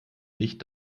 nicht